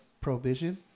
Provision